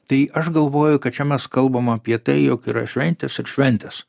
tai aš galvoju kad čia mes kalbam apie tai jog yra šventės ir šventės